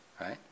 right